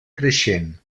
creixent